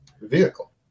vehicle